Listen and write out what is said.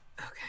Okay